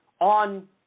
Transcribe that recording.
on